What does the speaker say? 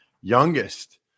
youngest